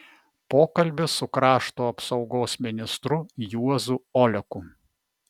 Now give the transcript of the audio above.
pokalbis su krašto apsaugos ministru juozu oleku